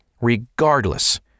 regardless